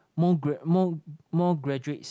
more grad more more graduates